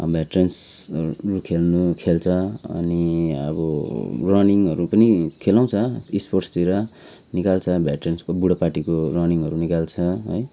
veterans खेल्नु खेल्छ अनि अब रनिङहरू पनि खेलाउँछ स्पोर्ट्सतिर निकाल्छ भेट्रेन्सको बुडो पार्टी को रनिङहरू निकाल्छ है